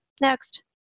Next